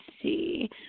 see